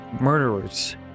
murderers